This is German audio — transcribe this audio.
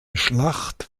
schlacht